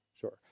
Sure